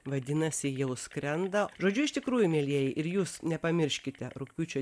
vadinasi jau skrenda žodžiu iš tikrųjų mielieji ir jūs nepamirškite rugpjūčio